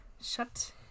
Shut